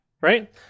Right